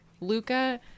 Luca